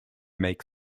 make